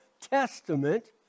Testament